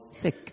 sick